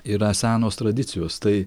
yra senos tradicijos tai